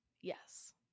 yes